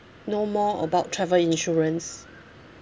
know more about travel insurance